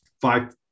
five